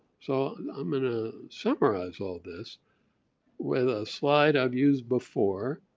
so and i'm going to summarize all this with a slide i've used before,